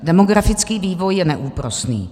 Demografický vývoj je neúprosný.